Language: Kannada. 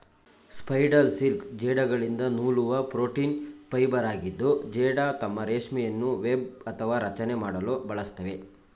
ಸ್ಪೈಡರ್ ಸಿಲ್ಕ್ ಜೇಡಗಳಿಂದ ನೂಲುವ ಪ್ರೋಟೀನ್ ಫೈಬರಾಗಿದ್ದು ಜೇಡ ತಮ್ಮ ರೇಷ್ಮೆಯನ್ನು ವೆಬ್ ಅಥವಾ ರಚನೆ ಮಾಡಲು ಬಳಸ್ತವೆ